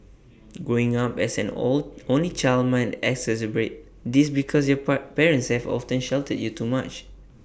growing up as an old only child might exacerbate this because your part parents have often sheltered you too much